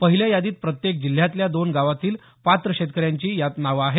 पहिल्या यादीत प्रत्येक जिल्ह्यातल्या दोन गावातील पात्र शेतकऱ्यांची यात नावं आहेत